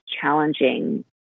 challenging